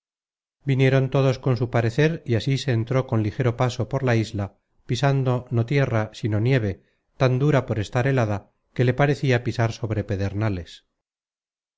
vinieron todos con su parecer y así se entró con ligero paso por la isla pisando no tierra sino nieve tan dura por estar helada que le parecia pisar sobre pedernales